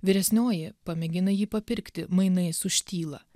vyresnioji pamėgina jį papirkti mainais už tylą